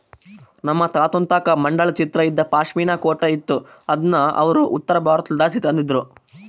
ನಮ್ ತಾತುನ್ ತಾಕ ಮಂಡಲ ಚಿತ್ರ ಇದ್ದ ಪಾಶ್ಮಿನಾ ಕೋಟ್ ಇತ್ತು ಅದುನ್ನ ಅವ್ರು ಉತ್ತರಬಾರತುದ್ಲಾಸಿ ತಂದಿದ್ರು